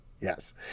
Yes